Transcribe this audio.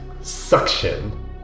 suction